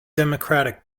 democratic